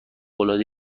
العاده